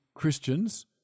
Christians